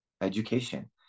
education